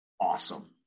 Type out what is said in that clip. awesome